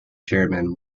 chairman